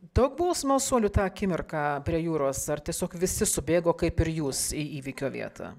daug buvo smalsuolių tą akimirką prie jūros ar tiesiog visi subėgo kaip ir jūs į įvykio vietą